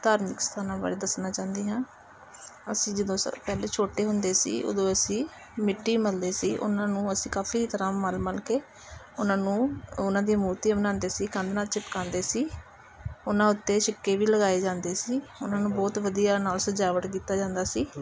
ਧਾਰਮਿਕ ਸਥਾਨਾਂ ਬਾਰੇ ਦੱਸਣਾ ਚਾਹੁੰਦੀ ਹਾਂ ਅਸੀਂ ਜਦੋਂ ਸਰ ਪਹਿਲੇ ਛੋਟੇ ਹੁੰਦੇ ਸੀ ਉਦੋਂ ਅਸੀਂ ਮਿੱਟੀ ਮਲਦੇ ਸੀ ਉਹਨਾਂ ਨੂੰ ਅਸੀਂ ਕਾਫੀ ਤਰ੍ਹਾਂ ਮਲ ਮਲ ਕੇ ਉਹਨਾਂ ਨੂੰ ਉਹਨਾਂ ਦੀਆਂ ਮੂਰਤੀਆਂ ਬਣਾਉਂਦੇ ਸੀ ਕੰਧ ਨਾਲ ਚਿਪਕਾਉਂਦੇ ਸੀ ਉਹਨਾਂ ਉੱਤੇ ਸਿੱਕੇ ਵੀ ਲਗਾਏ ਜਾਂਦੇ ਸੀ ਉਹਨਾਂ ਨੂੰ ਬਹੁਤ ਵਧੀਆ ਨਾਲ ਸਜਾਵਟ ਕੀਤਾ ਜਾਂਦਾ ਸੀ